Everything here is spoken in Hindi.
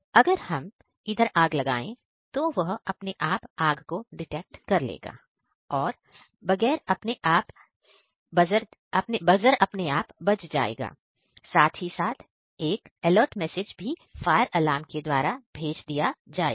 अगर हम इधर आग लगाएं है तो वह अपने आप आग को डिटेक्ट कर लेगा और बगैर अपने आप बज जाएगा साथ ही साथ एक अलर्ट मैसेज फायर अलार्म के द्वारा भेज दिया जाएगा